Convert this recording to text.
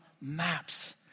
maps